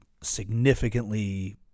significantly